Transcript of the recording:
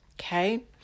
Okay